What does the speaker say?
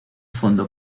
fondo